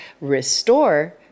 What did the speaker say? restore